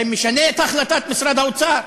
זה משנה את החלטת משרד האוצר?